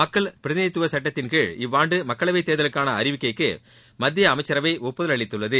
மக்கள் பிரதிநித்துவ சுட்டத்தின்கீழ் இவ்வாண்டு மக்களவைத் தேர்தலுக்கான அறிவிக்கைக்கு மத்திய அமைச்சரவை ஒப்புதல் அளித்துள்ளது